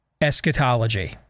Eschatology